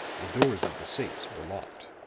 the doors of the safes were locked.